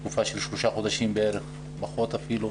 היית תקופה של שלושה חודשים בערך, פחות אפילו.